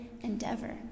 endeavor